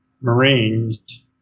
Marines